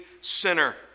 sinner